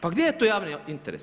Pa gdje je tu javni interes?